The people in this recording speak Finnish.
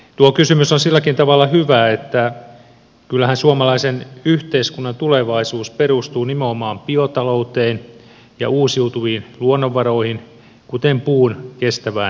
tuo kysymys on silläkin tavalla hyvä että kyllähän suomalaisen yhteiskunnan tulevaisuus perustuu nimenomaan biotalouteen ja uusiutuviin luonnonvaroihin kuten puun kestävään käyttöön